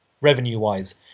revenue-wise